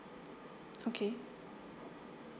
okay